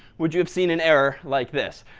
would you have seen an error like this.